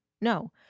No